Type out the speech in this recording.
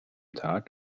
tag